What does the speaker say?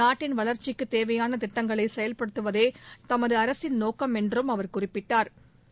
நாட்டின் வளர்ச்சிக்கு தேவையான திட்டங்களை செயல்படுத்துவதே தமது அரசின் நோக்கம் என்று அவர் குறிப்பிட்டா்